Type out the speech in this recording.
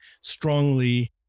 strongly